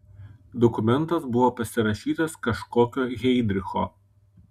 dokumentas buvo pasirašytas kažkokio heidricho